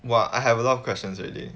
!wah! I have a lot of questions already